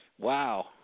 Wow